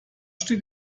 steht